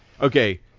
okay